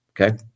Okay